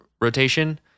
rotation